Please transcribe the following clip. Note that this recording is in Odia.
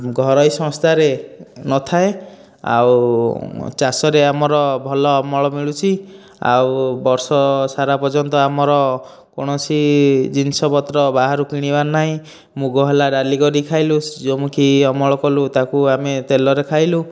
ଘରୋଇ ସଂସ୍ଥାରେ ନଥାଏ ଆଉ ଚାଷରେ ଆମର ଭଲ ଅମଳ ମିଳୁଛି ଆଉ ବର୍ଷ ସାରା ପର୍ଯ୍ୟନ୍ତ ଆମର କୋଣସି ଜିନିଷ ପତ୍ର ବାହାରୁ କିଣିବାର ନାହିଁ ମୁଗ ହେଲା ଡାଲି କରିକି ଖାଇଲୁ ସୂର୍ଯ୍ୟମୁଖୀ ଅମଳ କଲୁ ତାକୁ ଆମେ ତେଲରେ ଖାଇଲୁ